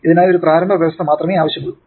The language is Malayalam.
അതിനായി ഒരു പ്രാരംഭ വ്യവസ്ഥ മാത്രമേ ആവശ്യമുള്ളൂ